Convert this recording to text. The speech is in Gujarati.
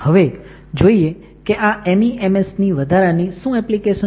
હવે જોઈએ કે આ MEMS ની વધારાની શું એપ્લીકેશન્સ છે